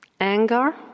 Anger